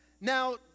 Now